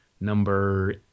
number